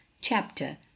chapter